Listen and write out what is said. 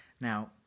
Now